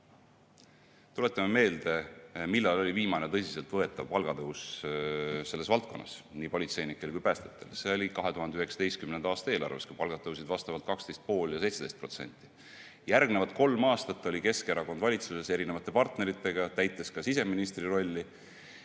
Tuletame meelde, millal oli viimane tõsiselt võetav palgatõus selles valdkonnas nii politseinikele kui ka päästjatele. See oli 2019. aasta eelarves, kui palgad tõusid vastavalt 12,5% ja 17%. Järgnevad kolm aastat oli Keskerakond valitsuses eri partneritega, täites ka siseministri rolli,